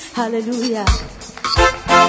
hallelujah